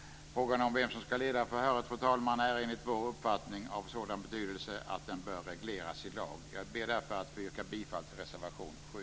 Frågan om vem som ska leda förhöret, fru talman, är enligt vår uppfattning av sådan betydelse att den bör regleras i lag. Jag ber därför att få yrka bifall till reservation nr 7.